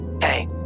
Hey